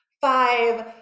five